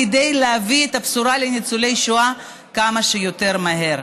כדי להביא את הבשורה לניצולי השואה כמה שיותר מהר.